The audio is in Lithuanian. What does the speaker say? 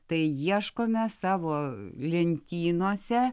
tai ieškome savo lentynose